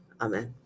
Amen